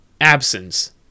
absence